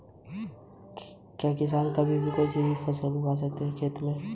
क्या धन हस्तांतरण के लिए आई.एफ.एस.सी कोड आवश्यक है?